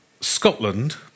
Scotland